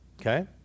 Okay